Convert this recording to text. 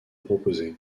proposé